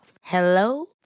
Hello